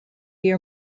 your